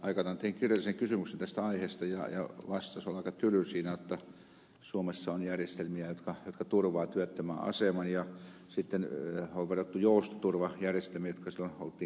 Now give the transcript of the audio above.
aikanaan tein kirjallisen kysymyksen tästä aiheesta ja vastaus oli aika tyly siinä jotta suomessa on järjestelmiä jotka turvaavat työttömän aseman ja sitten on verrattu joustoturvajärjestelmiin joita silloin oltiin kehittelemässä